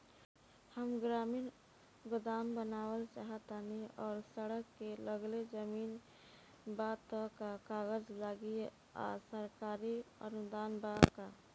हम ग्रामीण गोदाम बनावल चाहतानी और सड़क से लगले जमीन बा त का कागज लागी आ सरकारी अनुदान बा का?